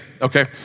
okay